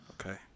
Okay